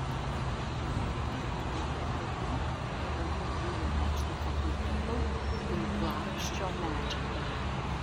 parengta pagal ktu fundamentaliųjų mokslų fakulteto tinklaraščio medžiagą